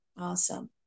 Awesome